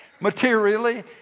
materially